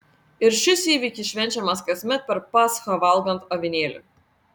ir šis įvykis švenčiamas kasmet per paschą valgant avinėlį